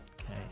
Okay